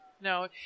no